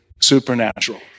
supernatural